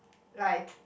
like